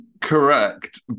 Correct